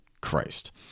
Christ